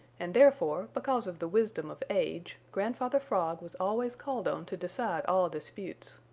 and therefore, because of the wisdom of age, grandfather frog was always called on to decide all disputes.